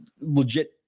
legit